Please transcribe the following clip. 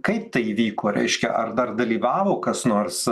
kaip tai įvyko reiškia ar dar dalyvavo kas nors